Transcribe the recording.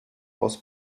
aus